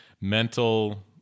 mental